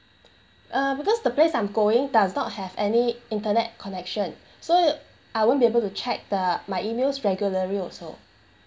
uh because the place I'm going does not have any internet connection so I won't be able to check the my emails regularly also